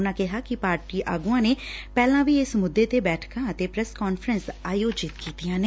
ਉਨ੍ਹਾ ਕਿਹਾ ਕਿ ਪਾਰਟੀ ਆਗੁਆ ਨੇ ਪਹਿਲਾ ਵੀ ਇਸ ਮੁੱਦੇ ਤੇ ਬੈਠਕਾ ਅਤੇ ਪ੍ਰੈਸ ਕਾਨਫਰੰਸ ਆਯੋਜਿਤ ਕੀਤੀਆਂ ਨੇ